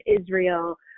Israel